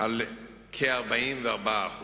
על כ-44%,